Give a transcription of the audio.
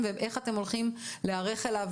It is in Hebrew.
יכולים לכוון אותי להגיע,